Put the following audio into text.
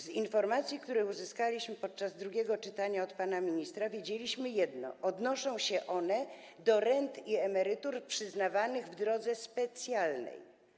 Z informacji, które uzyskaliśmy podczas drugiego czytania od pana ministra, wynika jedno: odnosi się to do rent i emerytur przyznawanych w drodze specjalnej.